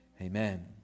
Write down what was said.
Amen